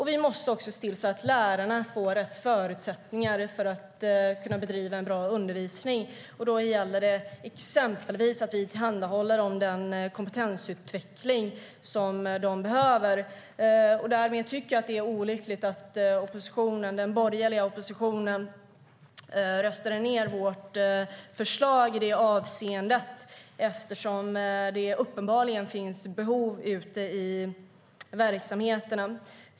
Vi måste också se till att lärarna får rätt förutsättningar för att kunna bedriva en bra undervisning. Det gäller exempelvis att vi tillhandahåller den kompetensutveckling de behöver. Därmed är det olyckligt att den borgerliga oppositionen röstade ned vårt förslag i det avseendet. Det finns uppenbarligen behov ute i verksamheterna.